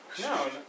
No